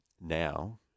now